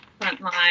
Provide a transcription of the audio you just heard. frontline